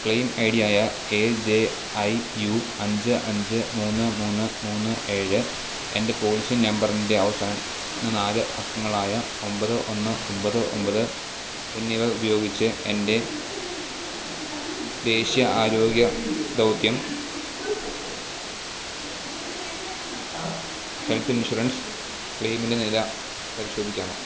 claim ഐഡിയായ A J I U അഞ്ച് അഞ്ച് മൂന്ന് മൂന്ന് മൂന്ന് ഏഴ് എൻ്റെ പോളിസി നമ്പറിൻ്റെ അവസാന നാല് അക്കങ്ങളായ ഒമ്പത് ഒന്ന് ഒമ്പത് ഒമ്പത് എന്നിവ ഉപയോഗിച്ച് എൻ്റെ ദേശീയ ആരോഗ്യ ദൗത്യം ഹെൽത്ത് ഇൻഷുറൻസ് ക്ലെയിമിൻ്റെ നില പരിശോധിക്കാമോ